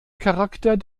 charakter